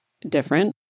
different